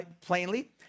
plainly